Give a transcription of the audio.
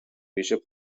bishop